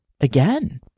again